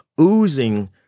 oozing